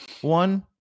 one